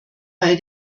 bei